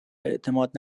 اعتماد